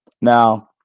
Now